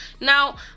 Now